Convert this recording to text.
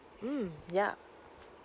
mm yup